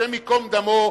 השם ייקום דמו,